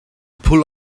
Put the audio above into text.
pull